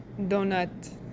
donut